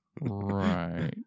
Right